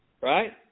Right